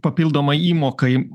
papildomai įmokai